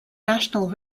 national